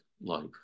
life